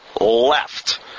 left